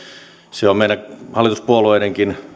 se on meidän hallituspuolueidenkin